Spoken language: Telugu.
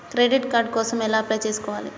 క్రెడిట్ కార్డ్ కోసం ఎలా అప్లై చేసుకోవాలి?